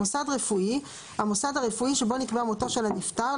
"מוסד רפואי" המוסד הרפואי שבו נקבע מותו של הנפטר,